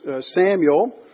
Samuel